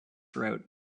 route